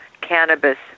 cannabis